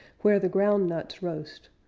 where the groundnuts roast,